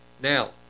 Now